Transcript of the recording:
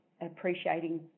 appreciating